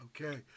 Okay